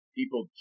people